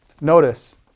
Notice